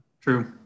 True